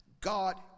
God